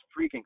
freaking